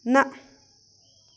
نہَ